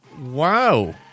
Wow